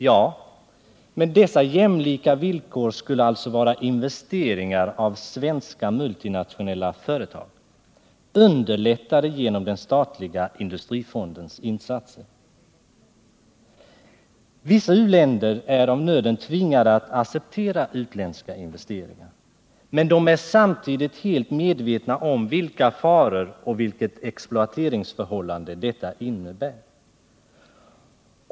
Ja, men dessa jämlika villkor skulle alltså vara investeringar gjorda av svenska multinationella företag, underlättade genom den statliga industrifondens insatser. Vissa uländer är av nöden tvingade att acceptera utländska investeringar, men de är samtidigt fullt medvetna om vilka faror och vilket exploateringsförhållande dessa investeringar innebär.